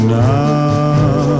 now